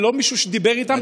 ללא מישהו שדיבר איתם,